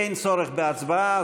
אין צורך בהצבעה.